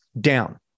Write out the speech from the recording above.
down